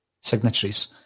signatories